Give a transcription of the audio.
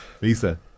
Lisa